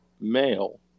male